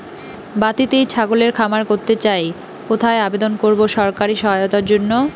বাতিতেই ছাগলের খামার করতে চাই কোথায় আবেদন করব সরকারি সহায়তার জন্য?